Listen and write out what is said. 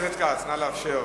חבר הכנסת כץ, נא לאפשר לו.